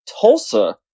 Tulsa